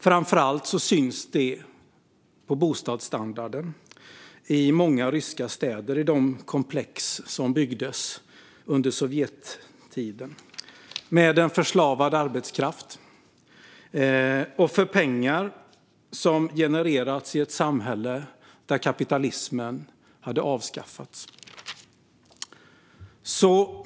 Framför allt syns detta på bostadsstandarden i många ryska städer, i de komplex som byggdes under Sovjettiden med förslavad arbetskraft och för pengar som genererats i ett samhälle där kapitalismen hade avskaffats.